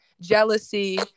jealousy